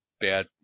bad